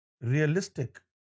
realistic